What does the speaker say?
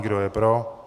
Kdo je pro.